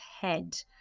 head